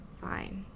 fine